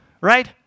right